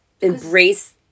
embrace